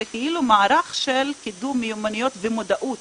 זה כאילו מערך של קידום מיומנויות ומודעות